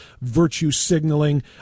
virtue-signaling